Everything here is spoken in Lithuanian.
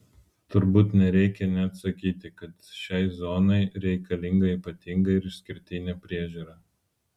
turbūt nereikia net sakyti kad šiai zonai reikalinga ypatinga ir išskirtinė priežiūra